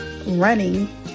running